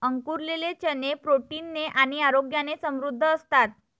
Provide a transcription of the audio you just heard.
अंकुरलेले चणे प्रोटीन ने आणि आरोग्याने समृद्ध असतात